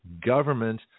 government